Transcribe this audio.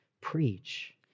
preach